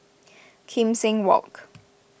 Kim Seng Walk